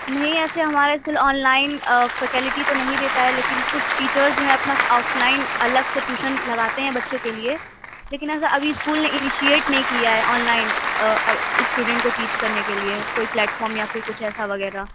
نہیں ایسے ہمارے اسکول آن لائن فکیلیٹی تو نہیں دیتا ہے لیکن کچھ ٹیچرز جو ہیں اپنا آف لائن الگ سے ٹیوشن لگاتے ہیں بچوں کے لیے لیکن ایسا ابھی اسکول نے انیشیٹ نہیں کیا ہے آن لائن اسٹوڈینٹ کو ٹیچ کرنے کے لیے کوئی پلیٹ فارم یا پھر کچھ ایسا وغیرہ